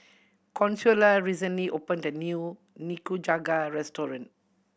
Consuela recently opened a new Nikujaga restaurant